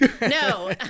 No